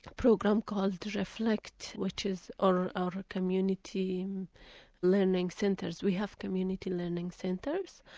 program called reflect, which is or our community learning centres. we have community learning centres.